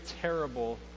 terrible